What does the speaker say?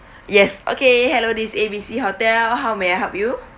yes okay hello this A B C hotel how may I help you